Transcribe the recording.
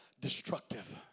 destructive